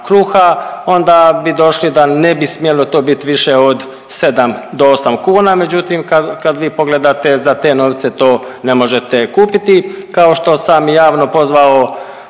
kruha onda bi došli da ne bi smjelo to bit više od 7 do 8 kuna, međutim kad vi pogledate za te novce to ne možete kupiti. Kao što sam javno pozvao